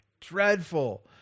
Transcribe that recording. dreadful